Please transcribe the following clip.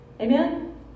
Amen